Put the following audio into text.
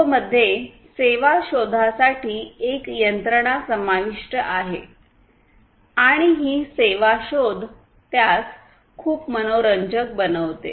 कोप मध्ये सेवा शोधा साठी एक यंत्रणा समाविष्ट आहे आणि ही सेवा शोध त्यास खूप मनोरंजक बनवते